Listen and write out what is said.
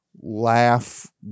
laugh